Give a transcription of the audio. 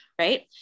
right